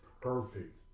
perfect